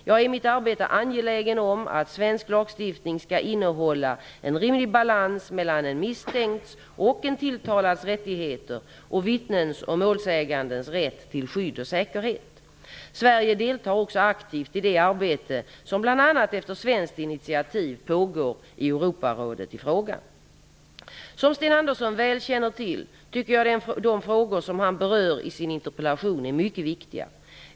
Jag är i mitt arbete angelägen om att svensk lagstiftning skall innehålla en rimlig balans mellan en misstänkts eller en tilltalads rättigheter och vittnens och målsägandes rätt till skydd och säkerhet. Sverige deltar också aktivt i det arbete som, bl.a. efter svenskt initiativ, pågår i Europarådet i frågan. Som Sten Andersson väl känner till tycker jag de frågor som han berör i sin interpellation är mycket viktiga.